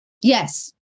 Yes